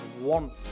want